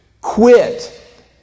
quit